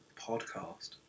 podcast